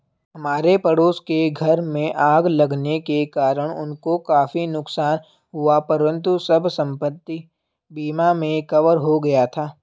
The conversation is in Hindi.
हमारे पड़ोस के घर में आग लगने के कारण उनको काफी नुकसान हुआ परंतु सब संपत्ति बीमा में कवर हो गया था